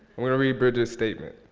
i'm going to read bridget's statement.